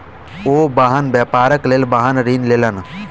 ओ वाहन व्यापारक लेल वाहन ऋण लेलैन